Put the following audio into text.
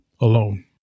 Alone